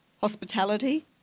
hospitality